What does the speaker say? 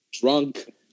drunk